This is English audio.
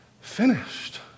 finished